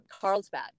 Carlsbad